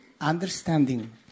understanding